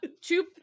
Two